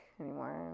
anymore